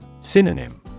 Synonym